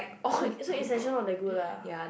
so so Essential not that good lah